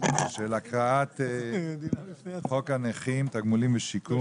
הקראת חוק הנכים (תגמולים ושיקום),